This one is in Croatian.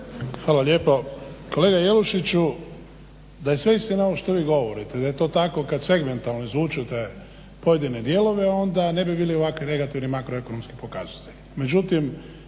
Hvala lijepa. Kolega Jelušiću da je sve istina ovo što vi govorite, da je ovo tako kad segmentalno izvučete pojedine dijelove onda ne bi bili ovako negativni makroekonomski pokazatelji.